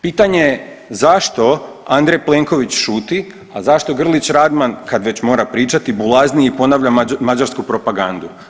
Pitanje je zašto Andrej Plenković šuti, a zašto Grlić Radman kad već mora pričati bulazni i ponavlja mađarsku propagandu?